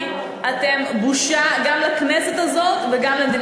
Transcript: אתם פשוט ממשלה חסרת אחריות.